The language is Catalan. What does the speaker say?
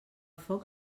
foc